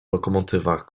lokomotywach